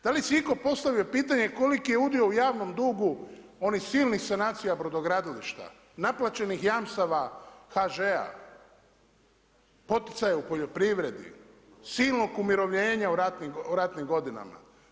Da li si je itko postavio pitanje koliki je udio u javnom dugu onih silnih sanacija brodogradilišta, naplaćenih jamstava HŽ-a, poticaja u poljoprivredi, silnog umirovljenja u ratnim godinama.